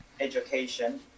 Education